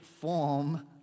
form